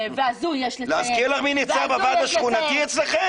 והזוי יש לציין- -- להזכיר לך מי ניצח בוועד השכונתי אצלכם?